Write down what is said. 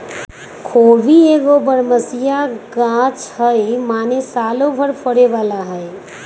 खोबि एगो बरमसिया ग़ाछ हइ माने सालो भर फरे बला हइ